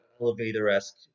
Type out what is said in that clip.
elevator-esque